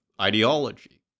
ideology